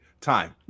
time